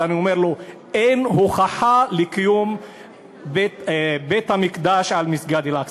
אז אני אומר לו: אין הוכחה לקיום בית-המקדש על מסגד אל-אקצא.